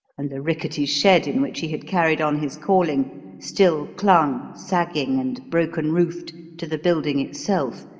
and the rickety shed in which he had carried on his calling still clung, sagging and broken-roofed, to the building itself,